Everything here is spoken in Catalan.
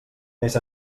més